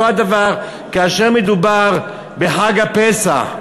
אותו דבר כאשר מדובר בחג הפסח.